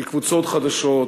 אל קבוצות חדשות,